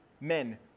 men